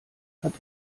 hat